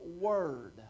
Word